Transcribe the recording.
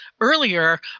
earlier